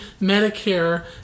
Medicare